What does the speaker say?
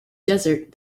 desert